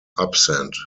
absent